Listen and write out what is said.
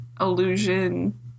illusion